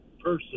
person